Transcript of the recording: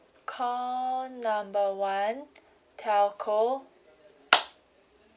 call number one telco